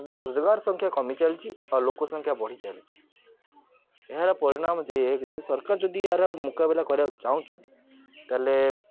ରୋଜଗାର ସଂଖ୍ୟା କମି ଚାଲିଛି ଆଉ ଲୋକ ସଂଖ୍ୟା ବଢ଼ି ଚାଲିଛି ଏହାର ପରିଣାମ ଯେ ଏହାକି ଯେ ସରକାର ଯଦି ଏହାର ମୁକାବିଲା କରିବାକୁ ଚାହୁଁଛନ୍ତି ତା'ହେଲେ